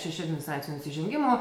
šeši administracinių nusižengimų